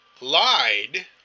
lied